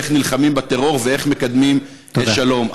איך נלחמים בטרור ואיך מקדמים את השלום.